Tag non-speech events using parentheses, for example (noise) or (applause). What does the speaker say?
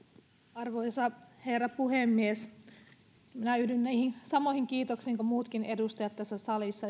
arvoisa herra puhemies minä yhdyn niihin samoihin kiitoksiin kuin muutkin edustajat tässä salissa (unintelligible)